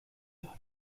دارم